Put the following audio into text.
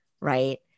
right